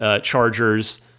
chargers